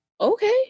okay